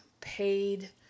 paid